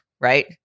right